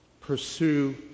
Pursue